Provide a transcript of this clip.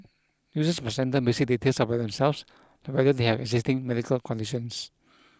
users must enter basic details about themselves whether they have existing medical conditions